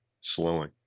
slowing